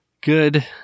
good